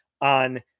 on